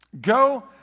go